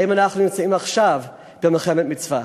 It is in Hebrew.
האם אנחנו נמצאים עכשיו במלחמת מצווה?